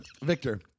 Victor